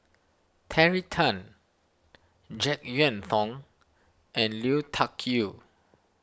Terry Tan Jek Yeun Thong and Lui Tuck Yew